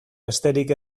besterik